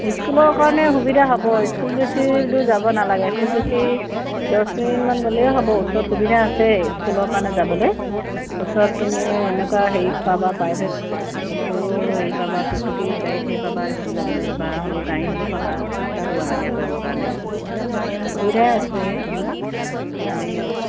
স্কুলৰ কাৰণে সুবিধা হ'ব স্কুল বেছি দূৰ যাব নালাগে খুব বেছি দছ মিনিটমান গ'লেই হ'ব ওচৰত সুবিধা আছে স্কুলৰ কাৰণে যাবলৈ ওচৰত তুমি এনেকুৱা হেৰি পাবা প্ৰাইভেট সৰু সৰু হেৰি পাবা টুকটুকি গাড়ী চাৰি পাবা স্কুল যাবলৈ বা সৰু গাড়ী হ'লেও পাবা স্কুলৰ অনা নিয়া কৰিবৰ কাৰণে সুবিধাই আছে এনেই